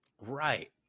Right